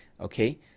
okay